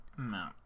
No